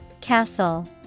Castle